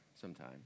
sometime